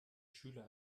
schüler